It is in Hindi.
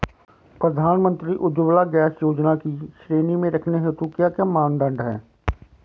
प्रधानमंत्री उज्जवला गैस योजना की श्रेणी में रखने हेतु क्या क्या मानदंड है?